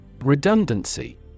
Redundancy